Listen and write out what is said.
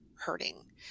hurting